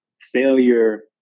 failure